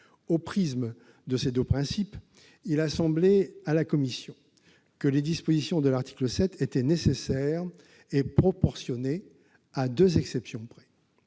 le prisme de ces deux principes, il a semblé à la commission des affaires sociales que les dispositions de l'article 7 étaient nécessaires et proportionnées, à deux exceptions près.